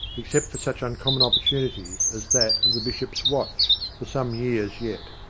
except for such uncommon opportunities as that of the bishop's watch, for some years yet.